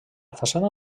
façana